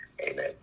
Amen